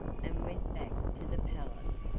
and went back to the palace,